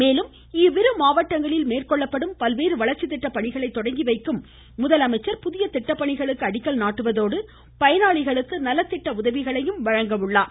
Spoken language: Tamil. மேலும் இம்மாவட்டங்களில் பல்வேறு வளர்ச்சி திட்ட பணிகளை தொடங்கிவைக்கும் முதலமைச்சர் புதிய திட்டப்பணிகளுக்கு அடிக்கல் நாட்டுவதோடு பயனாளிகளுக்கு நல திட்ட உதவிகளையும் வழங்க உள்ளார்